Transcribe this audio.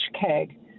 keg